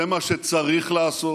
זה מה שצריך לעשות,